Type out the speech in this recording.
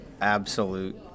absolute